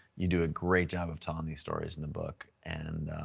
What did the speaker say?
you do a great job of telling these stories in the book. and